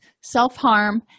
self-harm